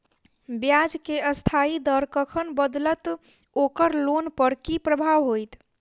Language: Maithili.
ब्याज केँ अस्थायी दर कखन बदलत ओकर लोन पर की प्रभाव होइत?